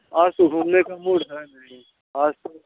आज तो घूमने का मूड है नहीं आज तो